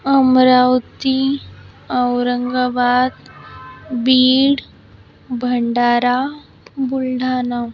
Amravati Aurangabad Beed Bhandara Buldhana